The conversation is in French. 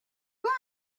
quand